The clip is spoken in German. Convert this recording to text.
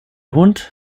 hund